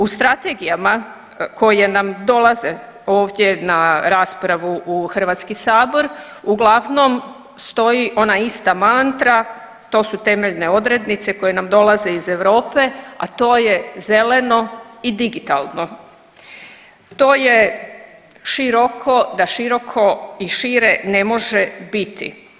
U strategijama koje nam dolaze ovdje na raspravu u HS uglavnom stoji ona ista mantra, to su temeljne odrednice koje nam dolaze iz Europe, a to je zeleno i digitalno, to je široko da široko i šire ne može biti.